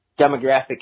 demographic